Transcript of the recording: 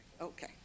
okay